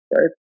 right